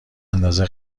اندازه